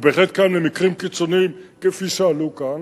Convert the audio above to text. הוא בהחלט קיים במקרים קיצוניים כפי שעלו כאן,